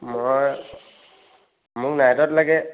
মই মোক নাইটত লাগে